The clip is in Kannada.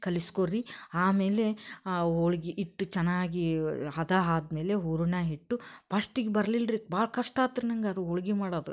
ಕಲಿಸಿಕೊ ರೀ ಆಮೇಲೆ ಆ ಹೋಳ್ಗಿ ಇಟ್ಟು ಚೆನ್ನಾಗಿ ಹದ ಆದ್ಮೇಲೆ ಹೂರಣ ಇಟ್ಟು ಪಶ್ಟಿಗೆ ಬರ್ಲಿಲ್ಲ ರೀ ಭಾಳ ಕಷ್ಟ ಆತು ರೀ ನಂಗೆ ಅದು ಹೋಳ್ಗೆ ಮಾಡೋದು